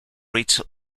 rates